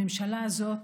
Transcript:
הממשלה הזאת,